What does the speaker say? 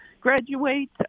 graduate